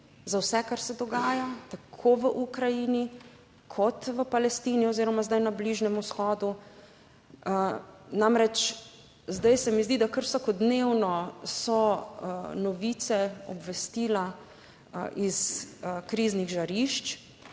za vse, kar se dogaja tako v Ukrajini, kot v Palestini oziroma zdaj na Bližnjem vzhodu. Namreč, zdaj se mi zdi, da kar vsakodnevno so novice, obvestila iz kriznih žarišč